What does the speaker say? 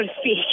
speak